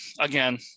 again